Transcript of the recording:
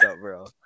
bro